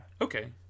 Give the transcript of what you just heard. Okay